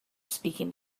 speaking